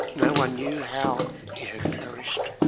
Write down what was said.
no one knew how he had perished,